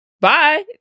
bye